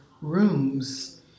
rooms